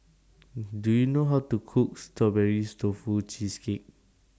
Do YOU know How to Cook Strawberries Tofu Cheesecake